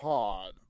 Pod